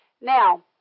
Now